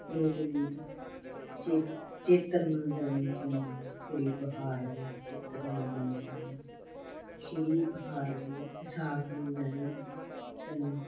ਲੋਕ ਗੀਤ ਚੇਤ ਚੇਤਰ ਨਾ ਜਾਈਂ ਚੰਨਾ ਖਿੜੀ ਬਹਾਰ ਵੇ ਚੇਤਰ ਨਾ ਜਾਈਂ ਚੰਨਾ ਖਿੜੀ ਬਹਾਰੇ ਵੇ ਵਿਸਾਖ ਨਾ ਜਾਈਂ ਚੰਨਾ